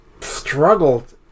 struggled